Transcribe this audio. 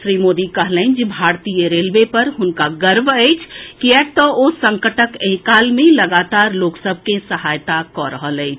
श्री मोदी कहलनि जे भारतीय रेलवे पर हुनका गर्व अछि किएक तऽ ओ संकटक एहि काल मे लगातार लोक सभ के सहायता कऽ रहल अछि